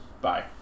Bye